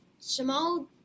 Shamal